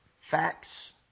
Facts